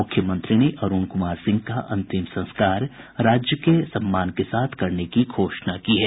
मुख्यमंत्री ने अरुण कुमार सिंह का अंतिम संस्कार राजकीय सम्मान के साथ कराने की घोषणा की है